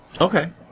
Okay